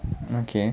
okay